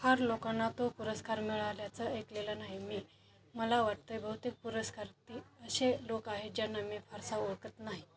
फार लोकांना तो पुरस्कार मिळाल्याचं ऐकलेलं नाही मी मला वाटतं आहे भौतिक पुरस्कार ती असे लोक आहेत ज्यांना मी फारसा ओळखत नाही